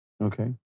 Okay